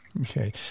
Okay